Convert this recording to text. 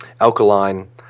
alkaline